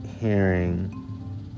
hearing